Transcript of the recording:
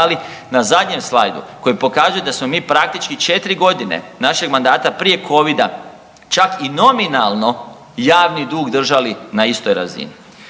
dali na zadnjem slajdu koji pokazuje da smo mi praktički 4 godine našeg mandata prije Covida čak i nominalno javni dug držali na istoj razini.